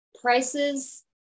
Prices